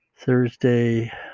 Thursday